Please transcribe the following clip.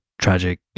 tragic